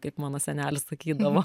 kaip mano senelis sakydavo